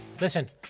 Listen